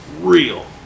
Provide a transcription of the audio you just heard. real